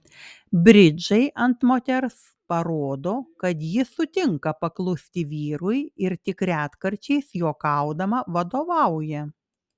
bridžai ant moters parodo kad ji sutinka paklusti vyrui ir tik retkarčiais juokaudama vadovauja